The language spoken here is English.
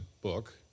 book